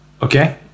Okay